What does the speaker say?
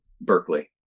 Berkeley